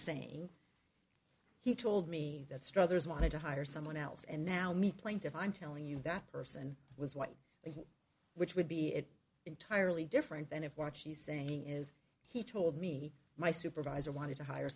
saying he told me that struthers wanted to hire someone else and now me plaintiff i'm telling you that person was white but which would be an entirely different and if watch she's saying is he told me my supervisor wanted to hire